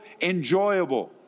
enjoyable